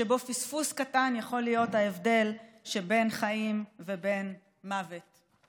שבו פספוס קטן יכול להיות ההבדל שבין חיים ובין מוות.